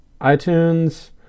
iTunes